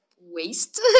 waste